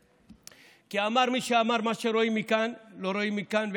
כי אמר מי שאמר: מה שרואים מכאן לא רואים מכאן,